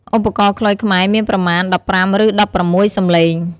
ឧបករណ៍ខ្លុយខ្មែរមានប្រមាណ ១៥ ឬ ១៦ សំឡេង។